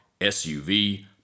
SUV